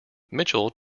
mitchell